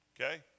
Okay